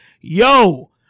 yo